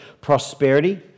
prosperity